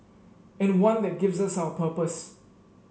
and one that gives us our purpose